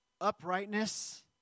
uprightness